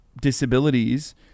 disabilities